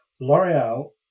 l'oreal